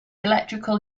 electrical